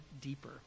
deeper